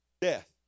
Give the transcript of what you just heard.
death